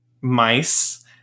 mice